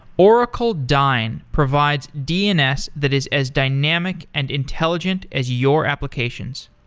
oracle dyn provides dns that is as dynamic and intelligent as your applications.